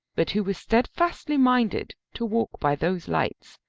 but who was steadfastly minded to walk by those lights,